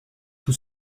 tout